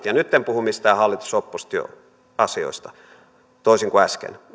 ja nyt en puhu mistään hallitus oppositio asioista toisin kuin äsken